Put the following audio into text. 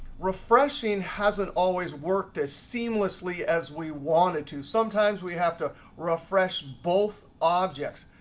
refreshing hasn't always worked as seamlessly as we want it to. sometimes we have to refresh both objects.